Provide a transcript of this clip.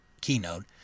keynote